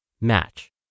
Match